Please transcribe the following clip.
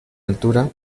altura